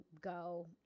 go